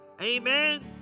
amen